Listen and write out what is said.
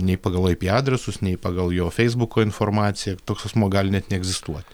nei pagal ai pi adresus nei pagal jo feisbuko informaciją toks asmuo gali net neegzistuot